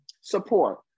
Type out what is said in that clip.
support